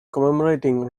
commemorating